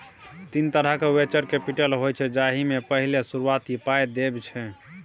तीन तरहक venture capital होइ छै जाहि मे पहिल शुरुआती पाइ देब छै